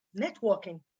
networking